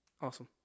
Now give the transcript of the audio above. Awesome